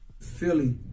Philly